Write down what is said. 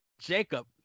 Jacob